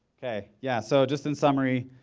okay, yeah, so just in summary,